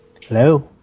Hello